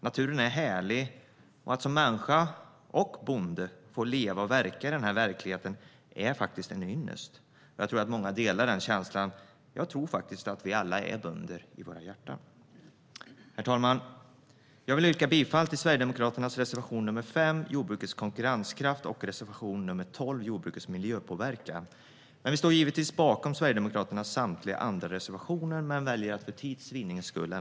Naturen är härlig, och att som människa och bonde få leva och verka i denna verklighet är faktiskt en ynnest. Jag tror att många delar den känslan, och jag tror faktiskt att vi alla är bönder i våra hjärtan. Herr talman! Jag vill yrka bifall till Sverigedemokraternas reservation nr 5, om jordbrukets konkurrenskraft, och reservation nr 12 om jordbrukets miljöpåverkan, men vi står givetvis bakom Sverigedemokraternas samtliga reservationer. Herr talman!